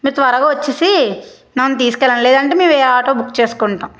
మీరు త్వరగా వచ్చేసి నన్ను తీసుకెళ్ళాలి లేదేంటే మేము వేరే ఆటో బుక్ చేసుకుంటాం